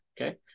Okay